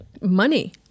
money